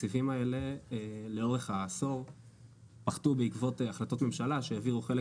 התקציבים האלה לאורך העשור פחתו בעקבות החלטות ממשלה שהעבירו חלק